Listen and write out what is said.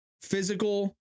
physical